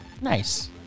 Nice